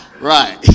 right